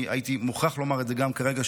אני הייתי מוכרח לומר את זה גם כרגע,